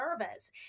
nervous